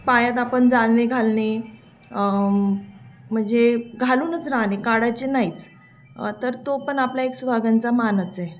पायात आपण जानवे घालणे म्हणजे घालूनच राहणे काढायचे नाहीच तर तो पण आपल्या एक सुहागनचा मानच आहे